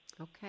Okay